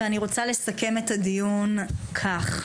אני רוצה לסכם את הדיון כך.